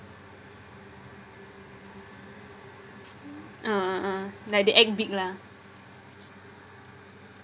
uh uh uh like the act big lah